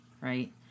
right